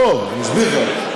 לא, אני אסביר לך.